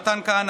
מתן כהנא,